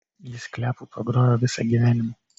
jis kliapu pragrojo visą gyvenimą